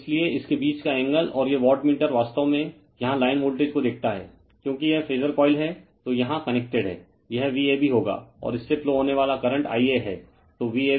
इसलिए इसके बीच का एंगल और ये वाटमीटर वास्तव में यहां लाइन वोल्टेज को देखता है क्योंकि यह फेजर कॉइल है जो यहां कनेक्टेड है यह Vab होगा और इससे फ्लो होने वाला करंट Ia है